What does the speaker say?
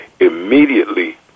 immediately